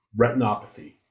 retinopathy